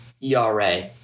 ERA